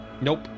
Nope